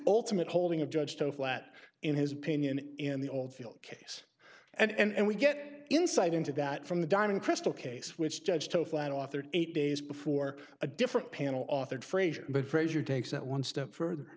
ultimate holding of judge joe flat in his opinion in the oldfield case and we get insight into that from the diving crystal case which judge joe flat authored eight days before a different panel authored frazier but frazier takes that one step further